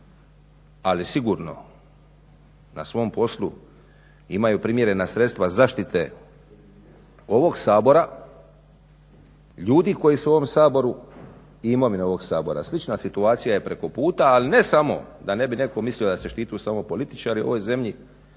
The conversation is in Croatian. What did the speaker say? ali sigurno na svom poslu imaju primjerena sredstva zaštite ovog Sabora, ljudi koji su u ovom Saboru i imovine ovog Sabora. Slična situacija je preko puta, ali ne samo da ne bi netko mislio da se štite samo političari u ovoj zemlji.